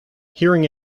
hearing